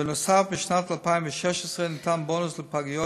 נוסף על כך, בשנת 2016 ניתן בונוס לפגיות